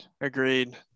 Agreed